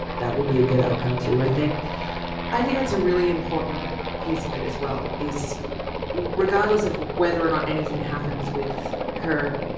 that would be a good outcome too i think i think that's a really important piece of it as well is regardless of whether or not anything happens with her.